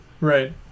right